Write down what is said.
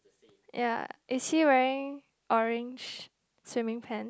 ya is he wearing orange swimming pants